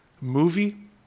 movie